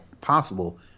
possible